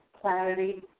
clarity